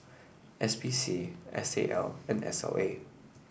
S P C S A L and S L A